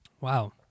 Wow